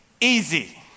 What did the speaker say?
easy